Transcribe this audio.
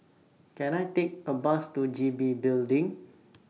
Can I Take A Bus to G B Building